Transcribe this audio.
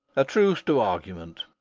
a truce to argument.